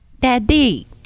Daddy